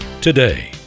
today